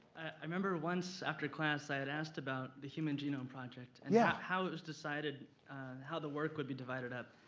i remember once, after class, i had asked about the human genome project, and yeah how it was decided how the work would be divided up.